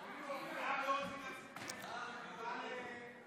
להעביר לוועדה את הצעת חוק איסור מתן כספים קואליציוניים,